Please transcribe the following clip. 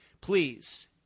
Please